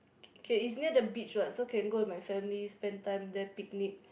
okay it's near the beach [what] so can go with my family spend time there picnic